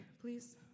please